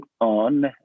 on